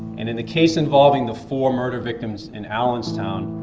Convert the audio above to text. and in the case involving the four murder victims in allenstown,